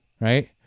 right